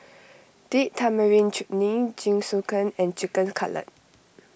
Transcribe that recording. Date Tamarind Chutney Jingisukan and Chicken Cutlet